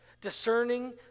discerning